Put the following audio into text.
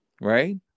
Right